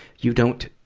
you don't,